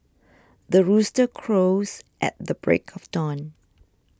the rooster crows at the break of dawn